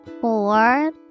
four